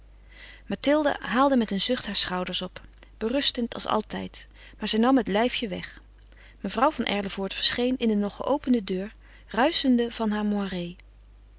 mathilde haalde met een zucht haar schouders op berustend als altijd maar zij nam het lijfje weg mevrouw van erlevoort verscheen in de nog geopende deur ruischende van haar moiré